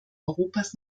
europas